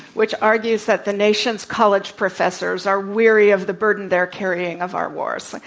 which argues that the nation's college professors are weary of the burden they're carrying of our wars,